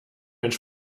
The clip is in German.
einen